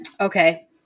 Okay